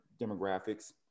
demographics